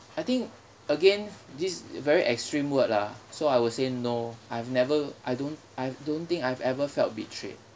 I think again this very extreme word lah so I will say no I've never I don't I don't think I've ever felt betrayed